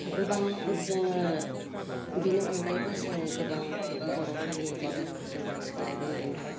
गोबां जोङो बेनि अनगायैबो जोङो गोबां बर' हारिनि गेजेराव जोङो सोलायबोनाय नुबाय